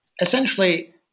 essentially